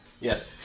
Yes